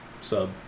Sub